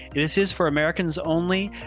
and this is for americans only.